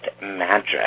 Magic